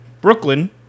Brooklyn